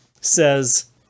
says